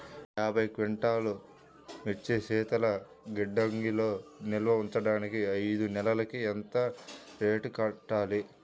యాభై క్వింటాల్లు మిర్చి శీతల గిడ్డంగిలో నిల్వ ఉంచటానికి ఐదు నెలలకి ఎంత రెంట్ కట్టాలి?